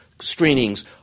screenings